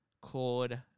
called